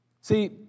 See